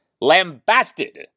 lambasted